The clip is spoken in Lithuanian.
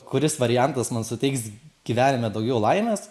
kuris variantas man suteiks gyvenime daugiau laimės